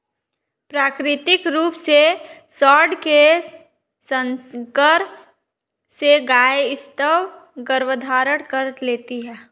प्राकृतिक रूप से साँड के संसर्ग से गायें स्वतः गर्भधारण कर लेती हैं